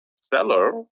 seller